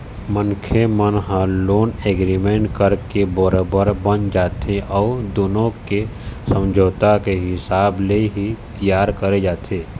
मनखे मन ह लोन एग्रीमेंट करके बरोबर बंध जाथे अउ दुनो के समझौता के हिसाब ले ही तियार करे जाथे